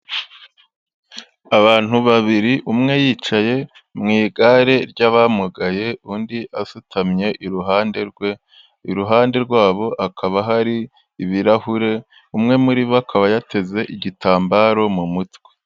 Abantu babiri umwe yicaye mu igare ry'abamugaye undi asutamye iruhande rwe. Iruhande rwabo akaba hari ibirahure, umwe muri bo akaba yateze igitambaro mu mutwe.